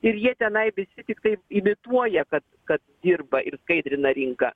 ir jie tenai visi tiktai imituoja kad kad dirba ir skaidrina rinką